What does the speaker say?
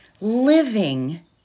living